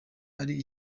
ari